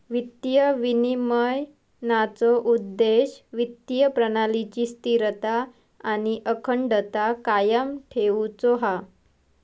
वित्तीय विनिमयनाचो उद्देश्य वित्तीय प्रणालीची स्थिरता आणि अखंडता कायम ठेउचो हा